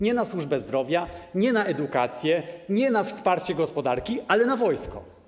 Nie na służbę zdrowia, nie na edukację, nie na wsparcie gospodarki, ale na wojsko.